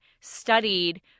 studied